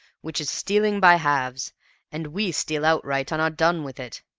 which is stealing by halves and we steal outright and are done with it.